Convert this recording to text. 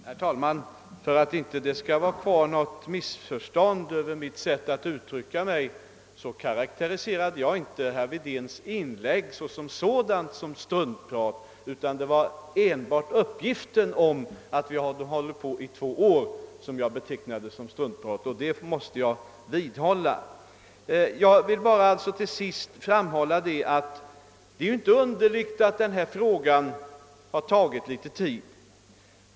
Herr talman! För att mitt sätt att uttrycka mig inte skall ge anledning till vidare missförstånd vill jag tala om att jag inte karakteriserade herr Wedéns inlägg som sådant som struntprat; det var enbart uppgiften om ati vi hade hållit på i två år som jag gav den beteckningen, och den måste jag vidhålla. Jag vill framhålla att det inte är underligt att denna fråga har tagit litet tid.